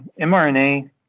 mRNA